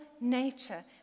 nature